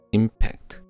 impact